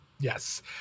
Yes